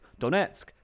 Donetsk